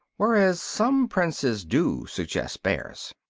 whereas some princes do suggest bears.